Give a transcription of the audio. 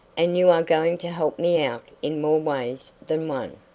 and you are going to help me out in more ways than one.